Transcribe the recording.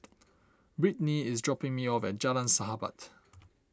Britni is dropping me off at Jalan Sahabat